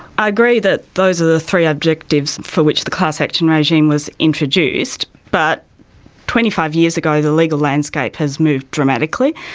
i agree that those are the three objectives for which the class action regime was introduced, but twenty five years ago the legal landscape has moved dramatically.